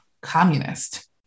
communist